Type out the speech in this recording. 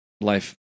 life